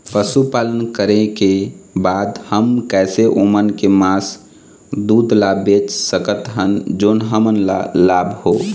पशुपालन करें के बाद हम कैसे ओमन के मास, दूध ला बेच सकत हन जोन हमन ला लाभ हो?